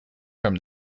from